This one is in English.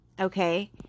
okay